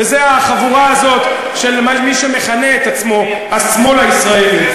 וזו החבורה הזאת של מי שמכנה את עצמו "השמאל הישראלי".